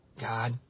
God